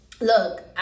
look